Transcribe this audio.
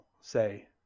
say